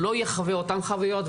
שלא יחווה אותן חוויות,